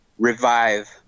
Revive